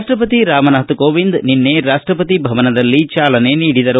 ರಾಷ್ಟಪತಿ ರಾಮನಾಥ್ ಕೋವಿಂದ್ ನಿನ್ನೆ ರಾಷ್ಟಪತಿ ಭವನದಲ್ಲಿ ಚಾಲನೆ ನೀಡಿದರು